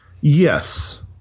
Yes